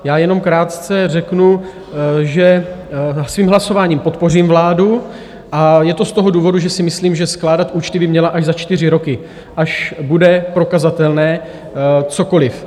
Já jenom krátce řeknu, že svým hlasováním podpořím vládu, a je to z toho důvodu, že si myslím, že skládat účty by měla až za čtyři roky, až bude prokazatelné cokoliv.